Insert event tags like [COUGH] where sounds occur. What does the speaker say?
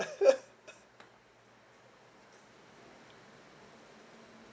[LAUGHS]